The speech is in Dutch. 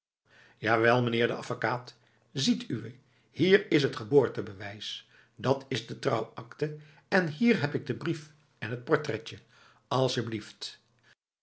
jawel meneer de avekaat ziet uwé hier is het geboortebewijs dat is de trouwakte en hier heb ik den brief en t portretje asjeblieft